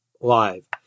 live